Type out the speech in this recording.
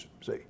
see